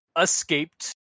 escaped